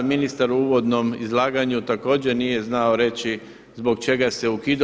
Ministar u uvodnom izlaganju također nije znao reći zbog čega se ukida.